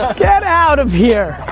get out of here!